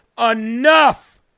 enough